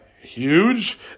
huge